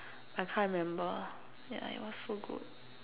I can't remember yeah it was so good